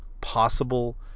possible